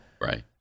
right